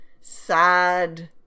sad